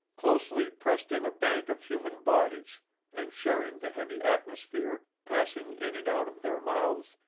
closely pressed in a bank of human bodies and sharing the heavy atmosphere passing in and out of their mouths,